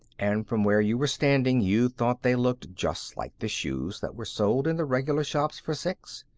and from where you were standing you thought they looked just like the shoes that were sold in the regular shops for six.